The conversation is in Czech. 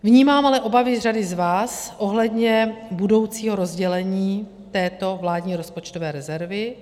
Vnímám ale obavy řady z vás ohledně budoucího rozdělení této vládní rozpočtové rezervy.